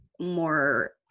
more